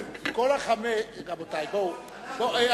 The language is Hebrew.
ממנו.